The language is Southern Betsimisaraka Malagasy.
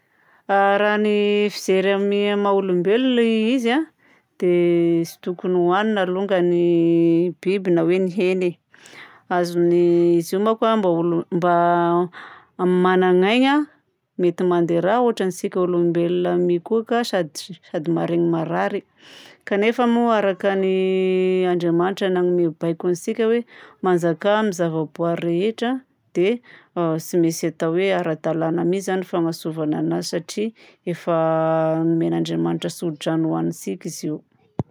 Raha ny fijery amin'ny maha-olombelogna izy a, dia tsy tokony hohanigna alonga ny biby na hoe ny hena e. Azony izy io manko mba olo- mba managna aigna mety mandeha rà ôtrantsika olombelogna mi koa ka sady tsy- sady maharegny marary. Kanefa moa araka ny Andriamanitra nanome baiko antsika hoe manjakà amin'ny zavaboary rehetra dia tsy maintsy atao hoe ara-dalana mi zany fagnantsovana anazy satria efa nomen'Andriamanitra tsodrano hohanintsika izy io.